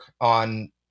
on